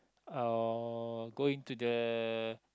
I will going to the